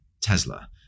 Tesla